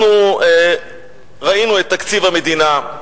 אנחנו ראינו את תקציב המדינה.